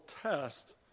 test